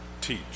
teach